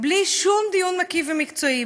בלי שום דיון מקיף ומקצועי,